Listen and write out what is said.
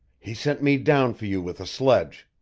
he sent me down for you with a sledge.